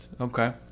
Okay